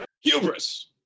Hubris